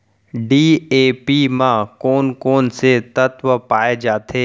DAP म कोन कोन से तत्व पाए जाथे?